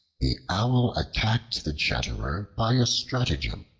the owl attacked the chatterer by a stratagem.